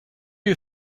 you